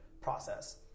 process